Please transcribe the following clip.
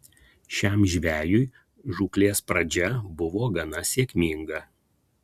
šiam žvejui žūklės pradžia buvo gana sėkminga